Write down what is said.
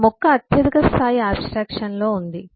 మొక్క అత్యధిక స్థాయి అబ్స్ట్రక్షన్లో ఉంది